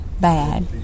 bad